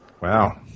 Wow